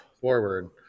forward